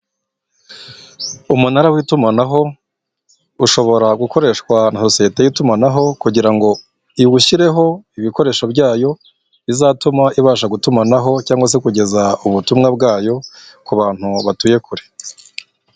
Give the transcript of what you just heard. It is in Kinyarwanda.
Umunara w'itumanaho ushobora gukoreshwa na sosete y'itumanaho kugira ngo iwushyireho ibikoresho byayo bizatuma ibasha gutumanaho cyangwa se kugeza ubutumwa bwayo ku bantu batuye kure.